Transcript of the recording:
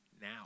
now